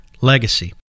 Legacy